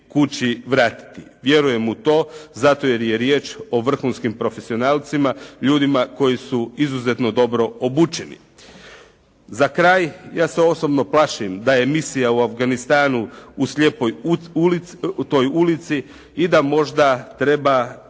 kući vratiti? Vjerujem u to zato jer je riječ o vrhunskim profesionalcima, ljudima koji su izuzetno dobro obučeni. Za kraj ja se osobno plašim da je misija u Afganistanu u slijepoj ulici, toj ulici i da možda treba